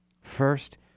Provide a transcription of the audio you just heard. First